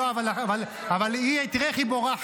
אבל תראה איך היא בורחת.